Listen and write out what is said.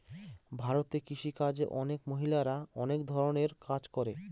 ভারতে কৃষি কাজে অনেক মহিলারা অনেক ধরনের কাজ করে